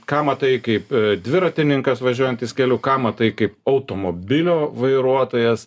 ką matai kaip dviratininkas važiuojantis keliu ką matai kaip automobilio vairuotojas